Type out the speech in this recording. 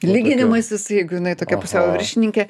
lyginimasis jeigu jinai tokia pusiau viršininkė